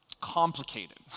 complicated